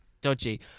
dodgy